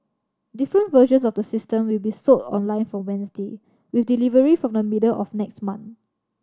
different versions of the system will be sold online from Wednesday with delivery from the middle of next month